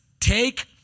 take